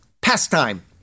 pastime